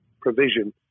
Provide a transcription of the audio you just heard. provision